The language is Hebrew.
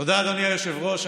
תודה, אדוני היושב-ראש.